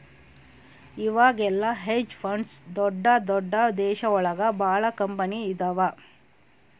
ಇವಾಗೆಲ್ಲ hedge funds ದೊಡ್ದ ದೊಡ್ದ ದೇಶ ಒಳಗ ಭಾಳ ಕಂಪನಿ ಇದಾವ